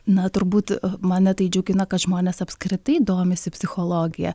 na turbūt man ne tai džiugina kad žmonės apskritai domisi psichologija